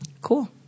Cool